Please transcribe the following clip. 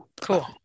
cool